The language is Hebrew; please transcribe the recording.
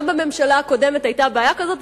גם בממשלה הקודמת היתה בעיה כזו,